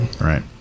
Right